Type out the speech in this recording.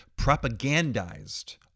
propagandized